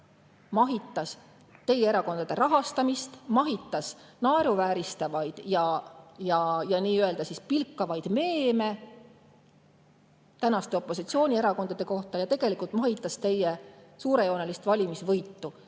mahitas teie erakondade rahastamist, mahitas naeruvääristavaid ja nii-öelda pilkavaid meeme tänaste opositsioonierakondade kohta ja tegelikult mahitas teie suurejoonelist valimisvõitu.